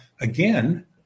again